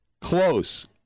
Close